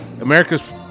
America's